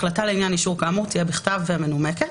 החלטה לעניין אישור כאמור תהיה בכתב ומנומקת,